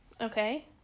okay